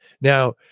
Now